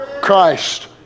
Christ